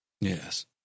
Yes